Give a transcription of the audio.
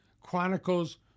chronicles